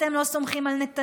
אתם לא סומכים על נתניהו.